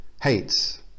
hates